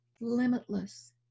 limitless